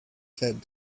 said